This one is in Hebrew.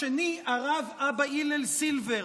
השני, הרב אבא הלל סילבר,